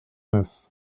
neuf